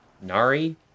Nari